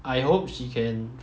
I hope she can